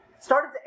started